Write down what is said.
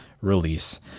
release